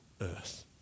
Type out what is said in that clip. earth